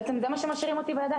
בעצם זה מה שמשאירים לי בידיים,